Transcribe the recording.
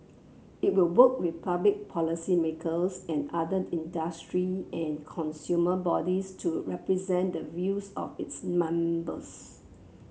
it will work with public policymakers and other industry and consumer bodies to represent the views of its members